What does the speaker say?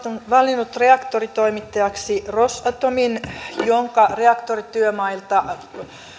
on valinnut reaktoritoimittajaksi rosatomin jonka reaktorityömailta